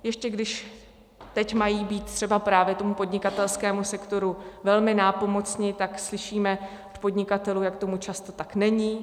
Ještě když teď mají být třeba právě tomu podnikatelskému sektoru velmi nápomocni, tak slyšíme od podnikatelů, jak tomu často tak není.